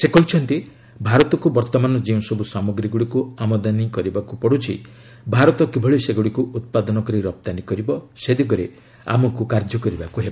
ସେ କହିଛନ୍ତି ଭାରତକୁ ବର୍ତ୍ତମାନ ଯେଉଁସବୁ ସାମଗ୍ରୀଗୁଡ଼ିକୁ ଆମଦାନୀ କରିବାକୁ ପଡୁଛି ଭାରତ କିଭଳି ସେଗୁଡ଼ିକୁ ଉତ୍ପାଦନ କରି ରପ୍ତାନୀ କରିବ ସେ ଦିଗରେ ଆମକୁ କାର୍ଯ୍ୟକରିବାକୁ ହେବ